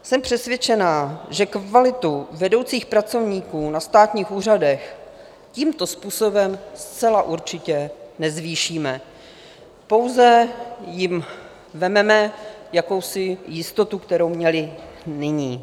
Jsem přesvědčená, že kvalitu vedoucích pracovníků na státních úřadech tímto způsobem zcela určitě nezvýšíme, pouze jim vezmeme jakousi jistotu, kterou měli nyní.